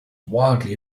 wildly